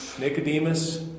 Nicodemus